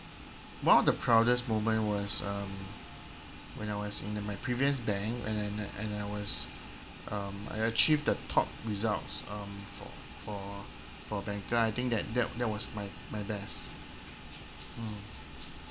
one of the proudest moment was um when I was in the my previous bank and and and I was um I achieved the top results um fo~ for for a banker I think that that that was my my best mm